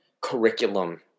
curriculum